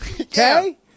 Okay